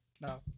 No